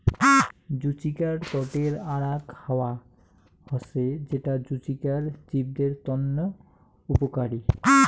জুচিকার তটের আরাক হাওয়া হসে যেটা জুচিকার জীবদের তন্ন উপকারী